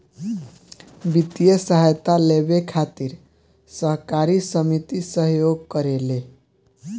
वित्तीय सहायता लेबे खातिर सहकारी समिति सहयोग करेले